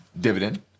dividend